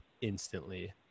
instantly